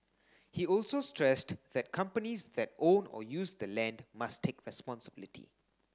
he also stressed that companies that own or use the land must take responsibility